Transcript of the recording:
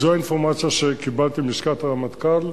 זו האינפורמציה שקיבלתי מלשכת הרמטכ"ל,